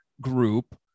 group